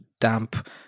damp